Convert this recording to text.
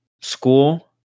school